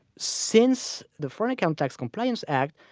since the foreign account tax compliance act,